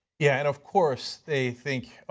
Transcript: yeah and of course they think,